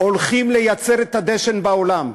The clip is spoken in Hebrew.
הולכים לייצר את הדשן לעולם.